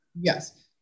Yes